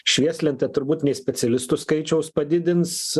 švieslentė turbūt nei specialistų skaičiaus padidins